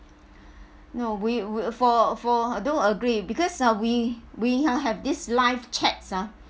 no we we for for I don't agree because ah we we ha have this live chats ah